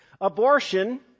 Abortion